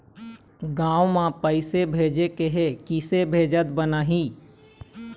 गांव म पैसे भेजेके हे, किसे भेजत बनाहि?